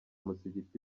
musigiti